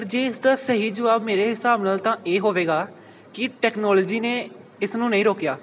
ਪਰ ਜੇ ਇਸ ਦਾ ਸਹੀ ਜਵਾਬ ਮੇਰੇ ਹਿਸਾਬ ਨਾਲ ਤਾਂ ਇਹ ਹੋਵੇਗਾ ਕਿ ਟੈਕਨੋਲੋਜੀ ਨੇ ਇਸ ਨੂੰ ਨਹੀਂ ਰੋਕਿਆ